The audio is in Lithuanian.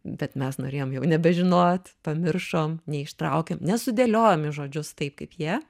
bet mes norėjom jau nebežinot pamiršom neištraukėm nesudėliojom į žodžius taip kaip jie